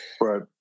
Right